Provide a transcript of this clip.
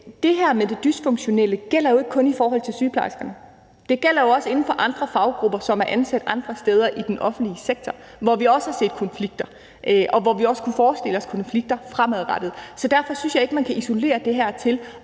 Det her med det dysfunktionelle gælder jo ikke kun i forhold til sygeplejerskerne, men det gælder også inden for andre faggrupper, som er ansat andre steder i den offentlige sektor, hvor vi også har set konflikter, og hvor vi også kunne forestille os konflikter fremadrettet. Så derfor synes jeg ikke, man kan isolere det her til